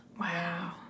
Wow